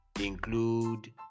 include